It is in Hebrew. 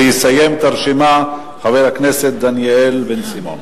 יסיים את הרשימה חבר הכנסת דניאל בן-סימון.